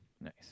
nice